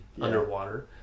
underwater